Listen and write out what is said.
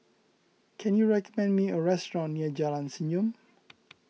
can you recommend me a restaurant near Jalan Senyum